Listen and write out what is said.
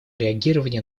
реагирования